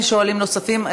אין שואלים נוספים.